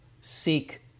seek